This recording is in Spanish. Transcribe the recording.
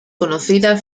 conocida